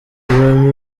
remy